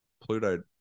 Pluto